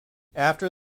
after